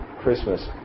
Christmas